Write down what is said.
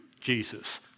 Jesus